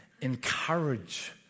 encourage